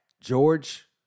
George